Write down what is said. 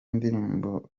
indirimbo